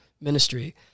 ministry